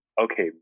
okay